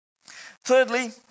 Thirdly